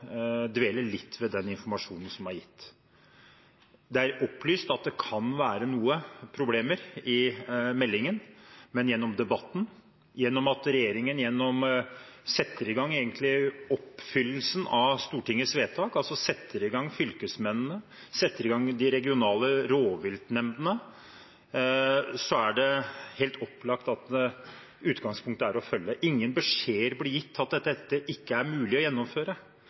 dvele litt ved informasjonen som er gitt. Det er opplyst i meldingen at det kan være noen problemer, men gjennom debatten og gjennom at regjeringen egentlig setter i gang oppfyllelsen av Stortingets vedtak – setter i gang fylkesmennene og setter i gang de regionale rovviltnemndene – er det helt opplagt at utgangspunktet er å følge det. Ingen beskjeder blir gitt om at dette ikke er mulig å gjennomføre.